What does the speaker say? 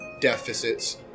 deficits